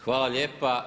Hvala lijepa.